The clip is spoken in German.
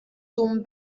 zum